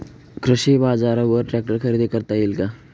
कृषी बाजारवर ट्रॅक्टर खरेदी करता येईल का?